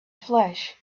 flesh